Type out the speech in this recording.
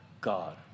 God